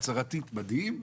הוא הצהרתית מדהים,